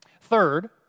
Third